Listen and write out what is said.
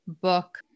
book